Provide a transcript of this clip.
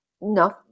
no